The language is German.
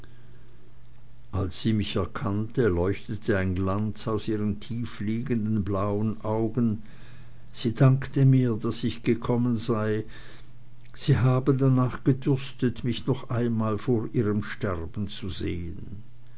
als sie mich erkannte leuchtete ein glanz aus ihren tiefliegenden blauen augen sie dankte mir daß ich gekommen sei sie habe danach gedürstet mich noch einmal vor ihrem sterben zu sehen